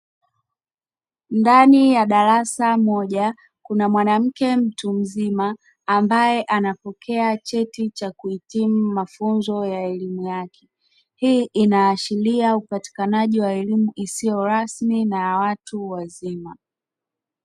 Ndani ya darasa moja kuna mwanamke mtu mzima ambaye anapokea cheti cha kuhitimu mafunzo ya elimu yake hii inaashiria upatikanaji wa elimu isiyo rasmi na ya watu wazima.